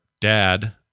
dad